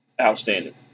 outstanding